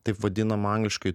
taip vadinamą angliškai